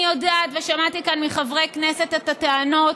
אני יודעת, ושמעתי כאן מחברי כנסת את הטענות,